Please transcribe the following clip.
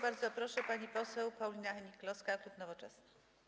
Bardzo proszę, pani poseł Paulina Hennig-Kloska, klub Nowoczesna.